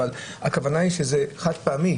אבל הכוונה היא שההעברה היא חד-פעמית,